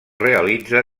realitza